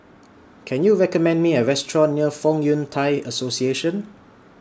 Can YOU recommend Me A Restaurant near Fong Yun Thai Association